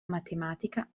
matematica